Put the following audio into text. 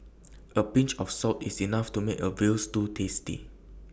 A pinch of salt is enough to make A Veal Stew tasty